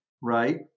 Right